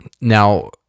Now